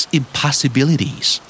impossibilities